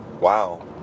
Wow